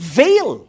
veil